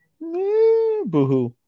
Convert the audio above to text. boohoo